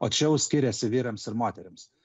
o čia jau skiriasi vyrams ir moterims